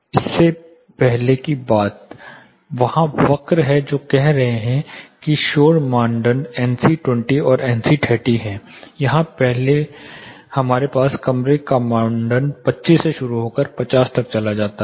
इससे पहले की बात वहाँ वक्र है जो कह रहे हैं कि शोर मानदंड एनसी 20 और एनसी 30 हैं यहां हमारे पास कमरे का मानदंड 25 से शुरू होकर 50 तक चला जाता है